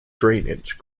drainage